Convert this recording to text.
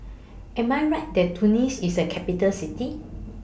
Am I Right that Tunis IS A Capital City